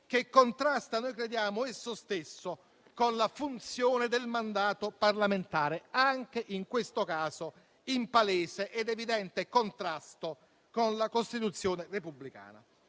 che contrasta, secondo noi, esso stesso con la funzione del mandato parlamentare, anche in questo caso in palese ed evidente contrasto con la Costituzione repubblicana.